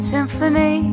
Symphony